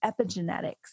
epigenetics